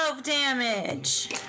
damage